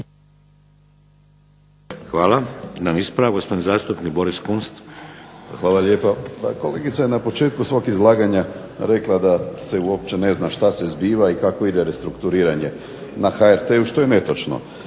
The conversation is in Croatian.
Boris KUnst. **Kunst, Boris (HDZ)** Hvala lijepo. Pa kolegica je na početku svog izlaganja rekla da se uopće ne zna što se zbiva i kako ide restrukturiranje na HRT-u, što je netočno.